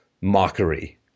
mockery